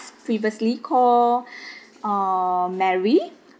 previously call uh mary